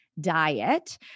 diet